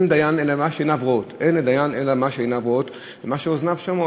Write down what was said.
ואין לדיין אלא מה שעיניו רואות ומה שאוזניו שומעות,